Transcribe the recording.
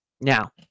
Now